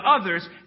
others